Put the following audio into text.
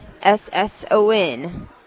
S-S-O-N